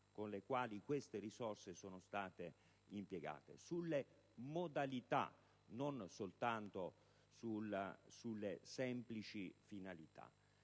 con le quali queste risorse sono state impiegate: sulle modalità, non soltanto sulle semplici finalità.